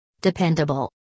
Dependable